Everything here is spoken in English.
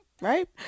right